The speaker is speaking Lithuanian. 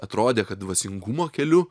atrodė kad dvasingumo keliu